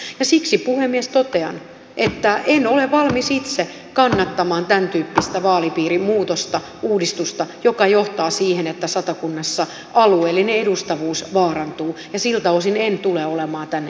ja siksi puhemies totean että en ole valmis itse kannattamaan tämäntyyppistä vaalipiiriuudistusta joka johtaa siihen että satakunnassa alueellinen edustavuus vaarantuu ja siltä osin en tule olemaan tämän esityksen kannattaja